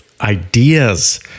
ideas